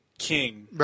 King